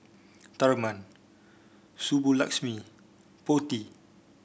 Tharman Subbulakshmi Potti